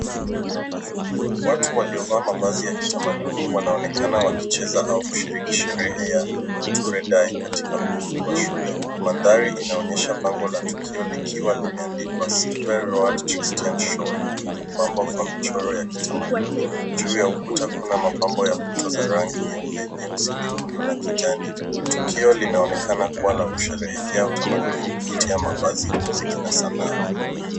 Watu waliovaa mavasi ya kithamaduni wanaonekana wakicheza au kushiriki sherehe ya Mutere Day katika ukumbi wa shule, maandari inaonyesha bango la tukio likiwa limeandikwa [silver royal christian show na kupambwa kwa michoro ya kithamaduni, juu ya ukuta kuna mapambo ya kut rangi nyeupe nyeusi nyekundu na kijani. Tukio linaonekana kuwa la kusherekea uthamaduni kupitia mavazi, muziki na zanaa.